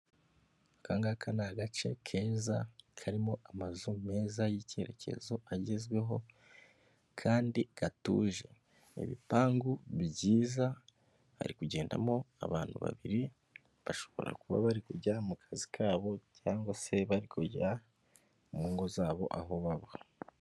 Akangaka ni agace keza karimo amazu meza y'icyerekezo agezweho kandi gatuje . Ibipangu byiza hari kugendamo abantu babiri bashobora kuba bari kujya mu kazi kabo cyangwa se bari kujya mu ngo zabo aho baba.